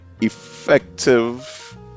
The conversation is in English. effective